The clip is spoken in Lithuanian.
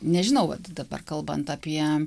nežinau vat dabar kalbant apie